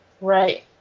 Right